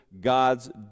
God's